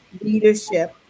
leadership